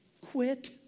Quit